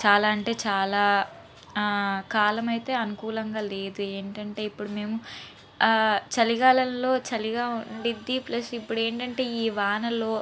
చాలా అంటే చాలా కాలమైతే అనుకూలంగా లేదు ఏంటంటే ఇప్పుడు మేము చలికాలంలో చలిగా ఉండిద్ది ప్లస్ ఇప్పుడు ఏంటంటే ఈ వానలు